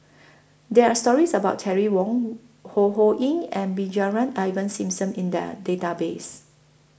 There Are stories about Terry Wong Ho Ho Ying and Brigadier Ivan Simson in The Database